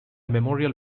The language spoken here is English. memorial